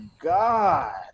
god